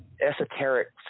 esoteric